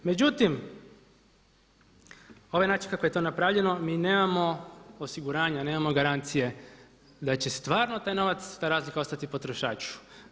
Međutim, ovaj način kako je to napravljeno mi nemamo osiguranja, nemamo garancije da će stvarno taj novac, ta razlika ostati potrošaču.